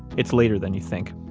it's later than you think.